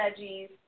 veggies